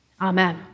Amen